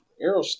arrow